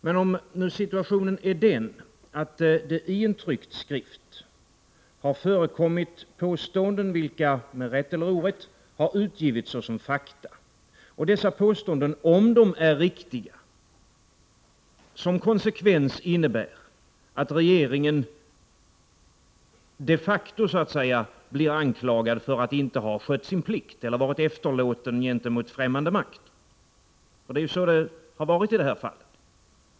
Men om nu situationen är den att det i en tryckt skrift har förekommit påståenden vilka, med rätt eller orätt, har utgivits såsom fakta och dessa påståenden, om de är riktiga, som konsekvens innebär att regeringen de facto blir anklagad för att inte ha skött sin plikt eller för att ha varit efterlåten gentemot främmande makt, är det en annan sak. Och det är ju så det har varit i detta fall.